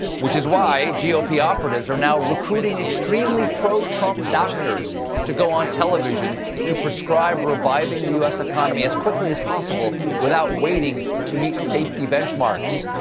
which is why g o p. operatives are now recruiting extremely pro-trump doctors to go on television to prescribe reviving the u s. economy as quickly as possible, without waiting to meet safety benchmarks.